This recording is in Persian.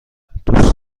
دوست